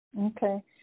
Okay